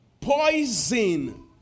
Poison